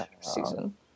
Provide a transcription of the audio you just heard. season